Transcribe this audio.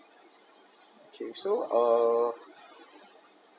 okay so uh